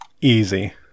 Easy